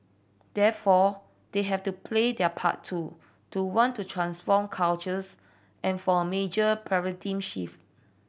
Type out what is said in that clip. therefore they have to play their part too to want to transform cultures and for a major paradigm shift